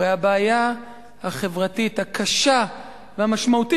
הרי הבעיה החברתית הקשה והמשמעותית